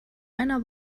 einer